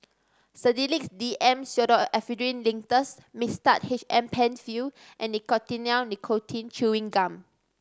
Sedilix D M Pseudoephrine Linctus Mixtard H M Penfill and Nicotinell Nicotine Chewing Gum